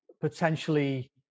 potentially